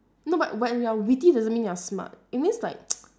not but when you're witty doesn't mean you're smart it means like